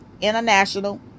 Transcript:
international